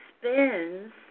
spins